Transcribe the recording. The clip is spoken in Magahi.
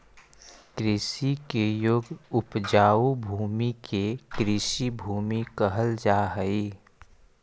कृषि के योग्य उपजाऊ भूमि के कृषिभूमि कहल जा हई